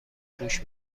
گوش